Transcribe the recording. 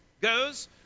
goes